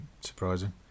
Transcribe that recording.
surprising